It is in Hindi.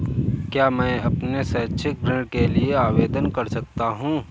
क्या मैं अपने शैक्षिक ऋण के लिए आवेदन कर सकता हूँ?